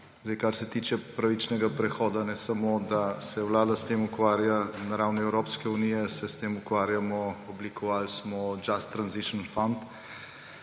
Kar se tiče pravičnega prehoda, ne samo da se vlada s tem ukvarja na ravni Evropske unije, se s tem ukvarjamo, oblikovali smo Just Transition Fund,